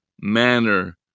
manner